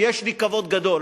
ויש לי כבוד גדול,